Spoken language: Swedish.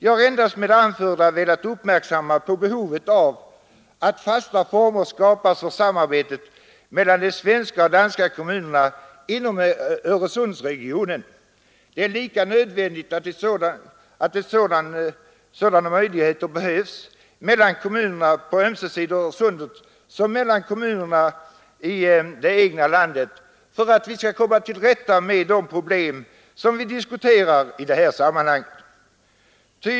Jag har endast med det anförda velat uppmärksamma behovet av att fasta former skapas för samarbetet mellan de svenska och danska kommunerna inom Öresundsregionen. Det är lika viktigt med sådant samarbete mellan kommunerna på ömse sidor om sundet som mellan kommunerna i det egna landet för att man skall komma till rätta med de problem som diskuteras i detta sammanhang.